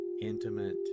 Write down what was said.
intimate